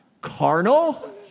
carnal